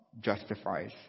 justifies